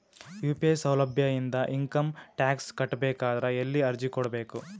UPI ಸೌಲಭ್ಯ ಇಂದ income tax ಕಟ್ಟಬೇಕಾದರ ಎಲ್ಲಿ ಅರ್ಜಿ ಕೊಡಬೇಕು?